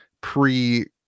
pre